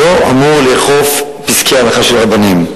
לא אמור לאכוף פסקי הלכה של רבנים.